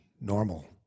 Normal